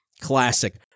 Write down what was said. classic